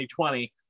2020